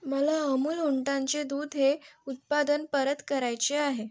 मला अमूल उंटांचे दूध हे उत्पादन परत करायचे आहे